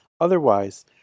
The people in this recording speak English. Otherwise